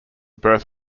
birth